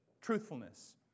truthfulness